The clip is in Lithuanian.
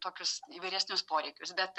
tokius įvairesnius poreikius bet